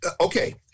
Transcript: Okay